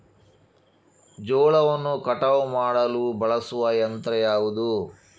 ಜೋಳವನ್ನು ಕಟಾವು ಮಾಡಲು ಬಳಸುವ ಯಂತ್ರ ಯಾವುದು?